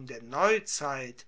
der neuzeit